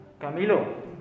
Camilo